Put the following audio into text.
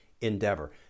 endeavor